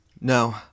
No